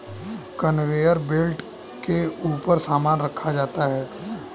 conveyor belt के ऊपर सामान रखा जाता है